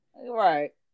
right